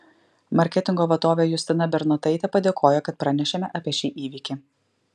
marketingo vadovė justina bernotaitė padėkojo kad pranešėme apie šį įvykį